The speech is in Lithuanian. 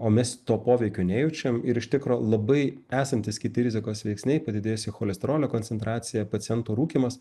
o mes to poveikio nejaučiam ir iš tikro labai esantys kiti rizikos veiksniai padidėjusi cholesterolio koncentracija paciento rūkymas